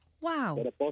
Wow